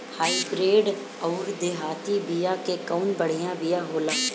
Hybrid अउर देहाती बिया मे कउन बढ़िया बिया होखेला?